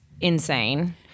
insane